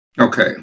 Okay